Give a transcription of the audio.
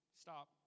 stop